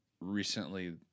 recently